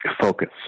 focus